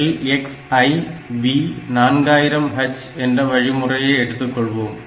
LXI B 4000h என்ற வழிமுறை எடுத்துக்கொள்வோம்